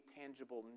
tangible